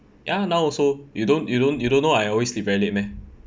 ya now also you don't you don't you don't know I always sleep very late meh